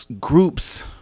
groups